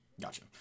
Gotcha